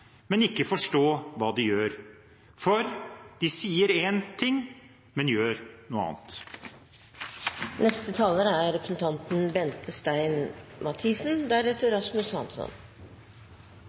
men ikke forstå hva de gjør, for de sier en ting, men gjør noe